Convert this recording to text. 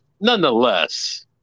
nonetheless